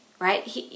right